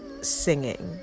singing